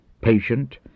patient